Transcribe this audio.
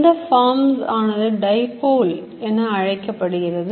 இந்த forms ஆனது dipole என அழைக்கப்படுகிறது